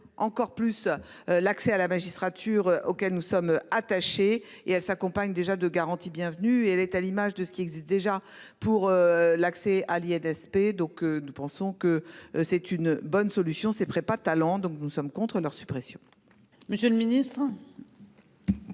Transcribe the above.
encore plus l'accès à la magistrature auquel nous sommes attachés et elle s'accompagne déjà de garantie bienvenue et elle est à l'image de ce qui existe déjà pour l'accès. Despé. Donc nous pensons que c'est une bonne solution c'est prépa talent, donc nous sommes contre leur suppression. Monsieur le Ministre.